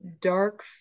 dark